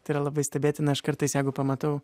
tai yra labai stebėtina aš kartais jeigu pamatau